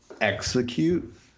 execute